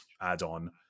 add-on